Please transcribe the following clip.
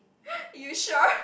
you sure